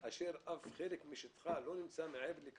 של הרשימה המשותפת לא נתקבלה.